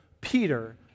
Peter